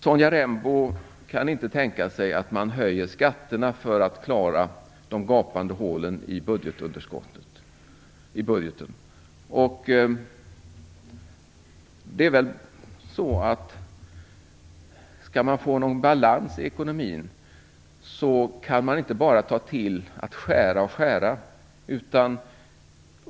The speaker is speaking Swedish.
Sonja Rembo kan inte tänka sig att höja skatterna för att klara de gapande hålen i budgeten. Men skall man få balans i ekonomin kan man inte bara skära och skära.